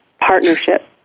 partnership